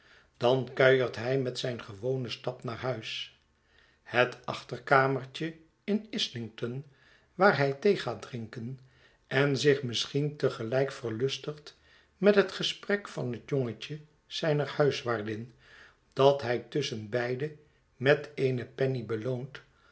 dan kuiert hij met zijn gewonen stap naar huis het achterkamertje in islington waar hij thee gaat drinken en zich misschien te gelijk verlustigt met het gesprek van het jongetje zijner huiswaardin dat hij tusschenbeide met eene penny